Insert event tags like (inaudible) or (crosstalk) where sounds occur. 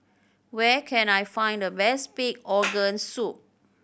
where can I find the best pig (noise) organ soup